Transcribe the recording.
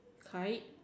kite